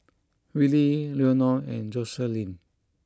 Willie Leonore and Joselin